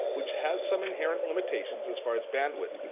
which has some inherent limitations as far as bandwidth.